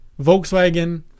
Volkswagen